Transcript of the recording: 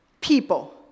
People